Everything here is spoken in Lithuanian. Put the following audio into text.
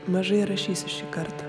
mažai rašysiu šįkart